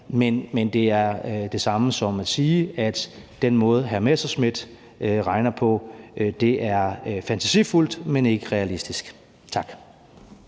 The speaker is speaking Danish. Men det er det samme som at sige, at den måde, hr. Morten Messerschmidt regner på, er fantasifuld, men ikke realistisk. Tak.